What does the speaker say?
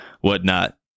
whatnot